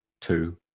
two